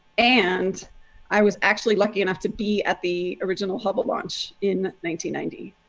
and i was actually lucky enough to be at the original hubble launch in nineteen ninety.